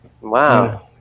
Wow